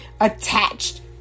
attached